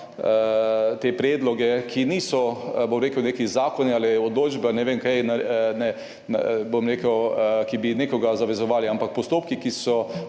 te predloge, ki niso, bom rekel, neki zakoni ali odločbe ali ne vem kaj, ne bom rekel, ki bi nekoga zavezovali, ampak postopki, ki so